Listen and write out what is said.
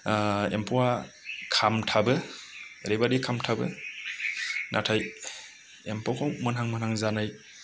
एमफौआ खामथाबो ओरैबायदि खामथाबो नाथाय एमफौखौ मोनहां मोनहां जानाय